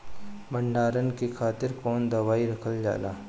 भंडारन के खातीर कौन दवाई रखल जाला?